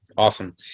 Awesome